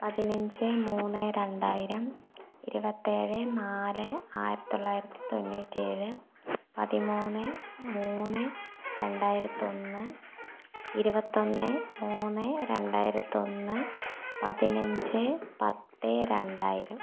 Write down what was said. പതിനഞ്ച് മൂന്ന് രണ്ടായിരം ഇരുപത്തേഴ് നാല് ആയിരത്തി തൊള്ളായിരത്തി തൊണ്ണൂറ്റേഴ് പതിമൂന്ന് മൂന്ന് രണ്ടായിരത്തൊന്ന് ഇരുപത്തൊന്ന് മൂന്ന് രണ്ടായിരത്തി ഒന്ന് പതിനഞ്ച് പത്ത് രണ്ടായിരം